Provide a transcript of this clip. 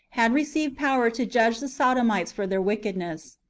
had received power to judge the sodomites for their wickedness.